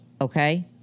okay